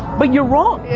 but you're wrong,